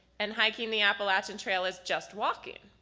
and hiking the appalachian trail is just walking,